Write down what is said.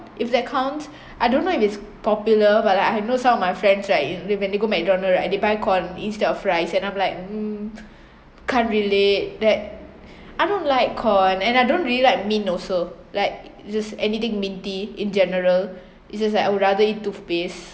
if that counts I don't know if it's popular but like I know some of my friends right when they go mcdonald right they buy corn instead of fries and I'm like mm can't relate that I don't like corn and I don't really like mint also like just anything minty in general it's just like I would rather eat toothpaste